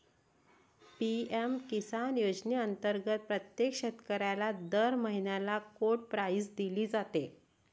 PM Kisan योजनेअंतर्गत प्रत्येक शेतकऱ्याला दर महिन्याला कोड प्राईज दिली जाते